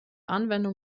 anwendung